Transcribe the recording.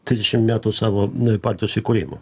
trisdešim metų savo partijos įkūrimo